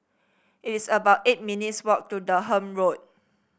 it is about eight minutes' walk to Durham Road